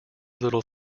little